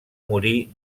morir